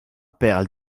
père